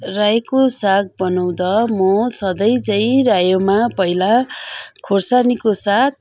रायोको साग बनाउँदा म सधैँ चाहिँ रायोमा पहिला खुर्सानीको साथ